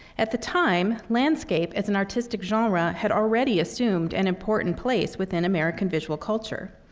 at the time, landscape as an artistic genre had already assumed an important place within american visual culture.